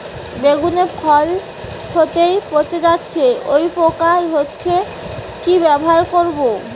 বেগুনের ফল হতেই পচে যাচ্ছে ও পোকা ধরছে কি ব্যবহার করব?